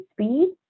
speed